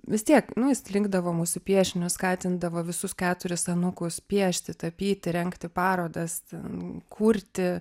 vis tiek nu jis linkdavo mūsų piešinius skatindavo visus keturis anūkus piešti tapyti rengti parodas ten kurti